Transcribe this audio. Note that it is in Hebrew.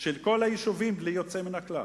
של כל היישובים בלי יוצא מן הכלל.